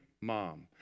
mom